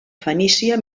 fenícia